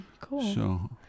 cool